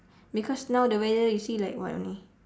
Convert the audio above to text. because now the weather you see like what only